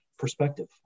perspective